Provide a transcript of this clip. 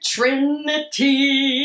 Trinity